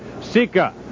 Sika